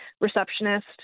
receptionist